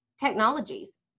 technologies